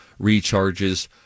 recharges